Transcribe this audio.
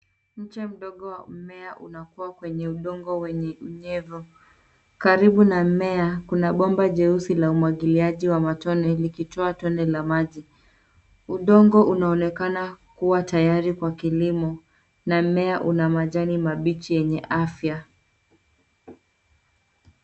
Mche mdogo wa mmea unakua kwenye udongo wenye unyevu. Karibu na mimea kuna bomba jeusi la umwagiliaji wa matone likitoa tone la maji. Udongo unaonekana kuwa tayari kwa kilimo na mmea una majani mabichi yenye afya.